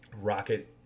rocket